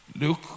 Luke